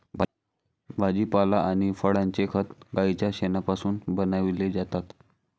भाजीपाला आणि फळांचे खत गाईच्या शेणापासून बनविलेले जातात